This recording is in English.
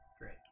Great